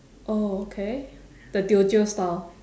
oh okay the teochew style